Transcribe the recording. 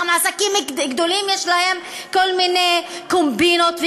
לעסקים גדולים גם יש כל מיני קומבינות,